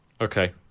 Okay